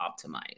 optimize